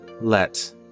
Let